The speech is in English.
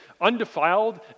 undefiled